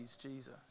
Jesus